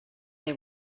they